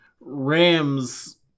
rams